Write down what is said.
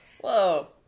Whoa